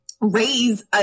raise